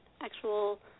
actual